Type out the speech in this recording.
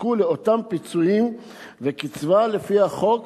יזכו לאותם פיצויים וקצבה לפי החוק